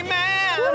man